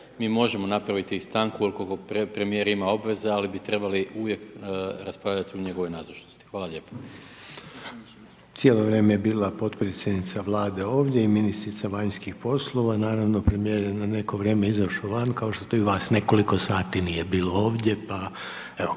mi možemo napraviti i stanku ukoliko premijer ima obveza ali bi trebalo uvijek raspravljati u njegovoj nazočnosti, hvala lijepo. **Reiner, Željko (HDZ)** Cijelo vrijeme je bila potpredsjednica Vlade ovdje i ministrica vanjskih poslova, naravno premijer je neko vrijeme izašao van kao što i vas nekoliko sati nije bilo ovdje pa evo